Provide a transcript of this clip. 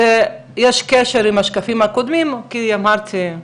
יש קשר עם השקפים הקודמים, אמרתי,